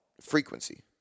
frequency